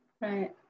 Right